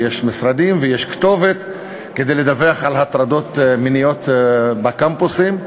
יש משרדים ויש כתובת כדי לדווח על הטרדות מיניות בקמפוסים?